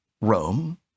Rome